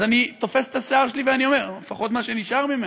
אז אני תופס את השיער שלי, לפחות מה שנשאר ממנו,